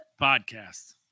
podcast